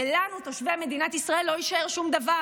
ולנו, תושבי מדינת ישראל, לא יישאר שום דבר,